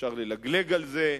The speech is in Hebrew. אפשר ללגלג על זה,